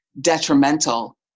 detrimental